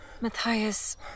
Matthias